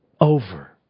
Over